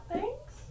Thanks